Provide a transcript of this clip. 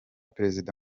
perezida